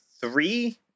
three